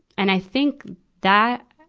and i think that,